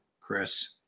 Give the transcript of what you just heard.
Chris